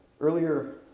Earlier